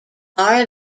are